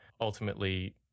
ultimately